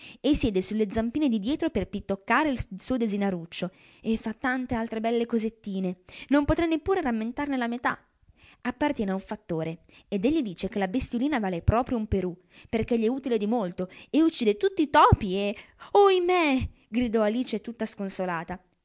e siede sulle zampine di dietro per pitoccare il suo desinaruccio e fa tante altre belle cosettine non potrei neppure rammentarne la metà appartiene a un fattore ed egli dice che la bestiolina vale proprio un perù perchè gli è utile di molto e uccide tutt'i topi e oimè gridò alice tutta sconsolata